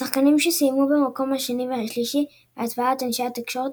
השחקנים שסיימו במקום השני והשלישי בהצבעת אנשי התקשורת